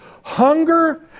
Hunger